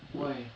why